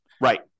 Right